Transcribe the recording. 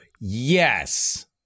yes